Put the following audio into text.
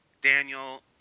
Daniel